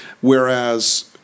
whereas